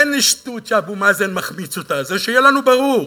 אין שטות שאבו מאזן מחמיץ, שיהיה לנו ברור.